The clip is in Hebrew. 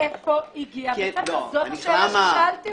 מאיפה הגיע בית הספר, זאת השאלה ששאלתי אותך.